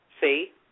See